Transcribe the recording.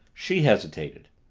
she hesitated.